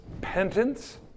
penance